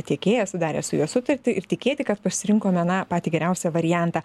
tiekėją sudarę su juo sutartį ir tikėti kad pasirinkome na patį geriausią variantą